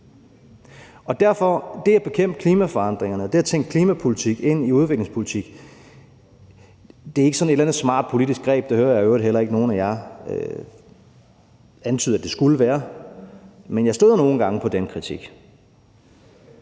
og derfor er det at bekæmpe klimaforandringerne og det at tænke klimapolitik ind i udviklingspolitik ikke sådan et eller andet smart politisk greb. Det hører jeg i øvrigt heller ikke nogen af jer antyde at det skulle være, men jeg støder nogle gange på den kritik.